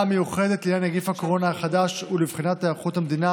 בוועדה המיוחדת לעניין נגיף הקורונה החדש ולבחינת היערכות המדינה